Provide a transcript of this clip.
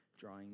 drawing